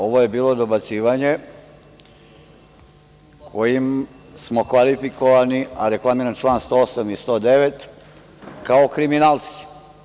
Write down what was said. Ovo je bilo dobacivanje kojim smo kvalifikovani, a reklamiram član 108. i 109, kao kriminalci.